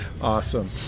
Awesome